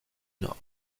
nord